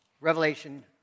Revelation